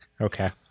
Okay